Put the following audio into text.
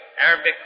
Arabic